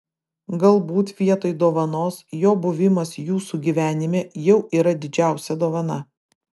galbūt vietoj dovanos jo buvimas jūsų gyvenime jau yra didžiausia dovana